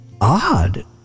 odd